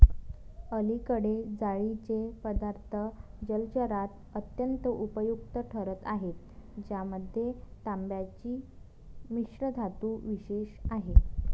अलीकडे जाळीचे पदार्थ जलचरात अत्यंत उपयुक्त ठरत आहेत ज्यामध्ये तांब्याची मिश्रधातू विशेष आहे